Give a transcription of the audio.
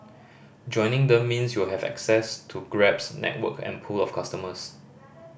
joining them means you'll have access to Grab's network and pool of customers